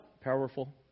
powerful